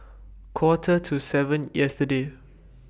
Quarter to seven yesterday